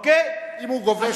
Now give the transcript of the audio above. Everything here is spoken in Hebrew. אם הוא גובה 8 מיליון.